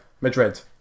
Madrid